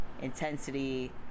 intensity